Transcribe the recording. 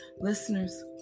Listeners